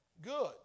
Good